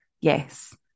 Yes